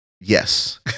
Yes